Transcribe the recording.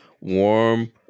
warm